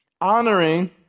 honoring